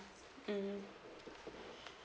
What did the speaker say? mm